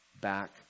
back